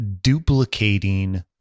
duplicating